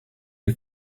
you